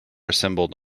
assembled